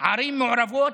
בערים מעורבות,